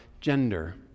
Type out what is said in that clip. gender